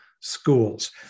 schools